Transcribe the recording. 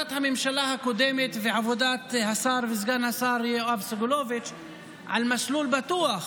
בעבודת הממשלה הקודמת ובעבודת סגן השר יואב סגלוביץ' על "מסלול בטוח",